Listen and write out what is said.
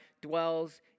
dwells